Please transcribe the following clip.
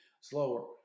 slower